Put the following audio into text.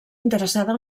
interessada